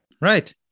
Right